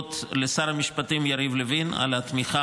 להודות לשר המשפטים יריב לוין על התמיכה